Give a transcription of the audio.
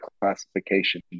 classification